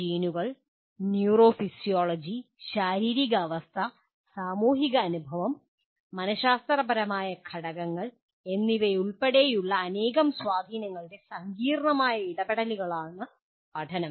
ജീനുകൾ neurophysiology ശാരീരിക അവസ്ഥ സാമൂഹിക അനുഭവം മനഃശാസ്ത്രപരമായ ഘടകങ്ങൾ എന്നിവയുൾപ്പെടെയുള്ള അനേകം സ്വാധീനങ്ങളുടെ സങ്കീർണ്ണമായ ഇടപെടലാണ് പഠനം